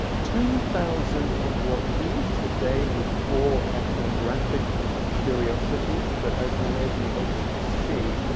two thousand of what we today would call ethnographic curiosities, but as you may be able to see,